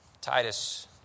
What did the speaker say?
Titus